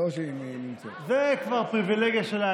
זו כבר פריבילגיה שלה,